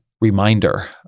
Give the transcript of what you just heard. reminder